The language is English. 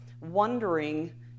wondering